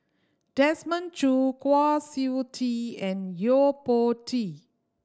Desmond Choo Kwa Siew Tee and Yo Po Tee